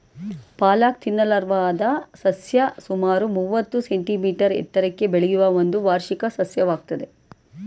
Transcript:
ಪಾಲಕ್ ತಿನ್ನಲರ್ಹವಾದ ಸಸ್ಯ ಸುಮಾರು ಮೂವತ್ತು ಸೆಂಟಿಮೀಟರ್ ಎತ್ತರಕ್ಕೆ ಬೆಳೆಯುವ ಒಂದು ವಾರ್ಷಿಕ ಸಸ್ಯವಾಗಯ್ತೆ